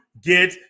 get